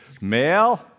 male